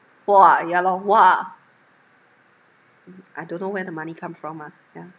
!wah! ya lor !wah! I don't know where the money come from ah yeah